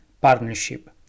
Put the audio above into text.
partnership